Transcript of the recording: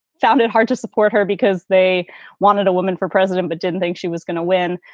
found it hard to support her because they wanted a woman for president but didn't think she was going to win.